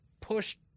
pushed